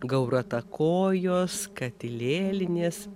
gauruotakojos katilėlinės